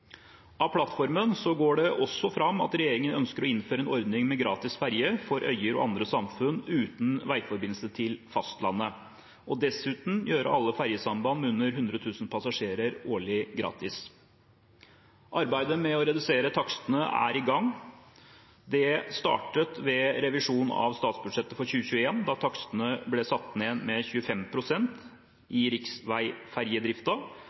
Av plattformen går det også fram at regjeringen ønsker å innføre en ordning med gratis ferje for øyer og andre samfunn uten veiforbindelse til fastlandet, og dessuten gjøre alle ferjesamband med under 100 000 passasjerer årlig gratis. Arbeidet med å redusere takstene er i gang. Det startet ved revisjon av statsbudsjettet for 2021, da takstene ble satt ned med